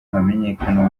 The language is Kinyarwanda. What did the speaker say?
hamenyekane